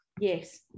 Yes